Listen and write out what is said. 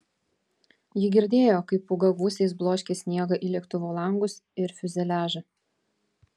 ji girdėjo kaip pūga gūsiais bloškė sniegą į lėktuvo langus ir fiuzeliažą